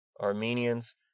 Armenians